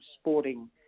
sporting